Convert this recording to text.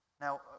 Now